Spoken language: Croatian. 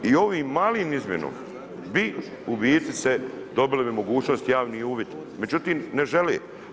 I ovom malom izmjenom bi u biti se dobili bi mogućnost u javni uvid, međutim ne žele.